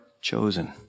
chosen